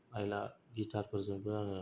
आइला गितारफोरजोंबो आङो